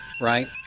right